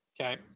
Okay